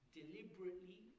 deliberately